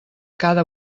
cada